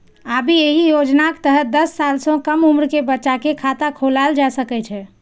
आब एहि योजनाक तहत दस साल सं कम उम्र के बच्चा के खाता खोलाएल जा सकै छै